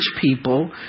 people